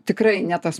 tikrai ne tas